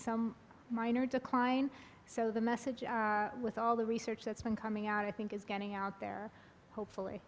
some minor decline so the message with all the research that's been coming out i think is getting out there hopefully